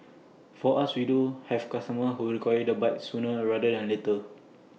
for us we do have customers who require the bike sooner rather than later